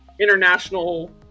international